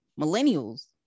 millennials